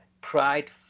Pride